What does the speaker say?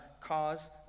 cause